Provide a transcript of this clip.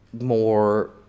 more